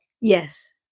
Yes